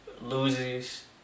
loses